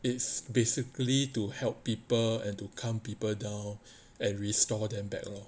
it's basically to help people and to calm people down and restore them back lor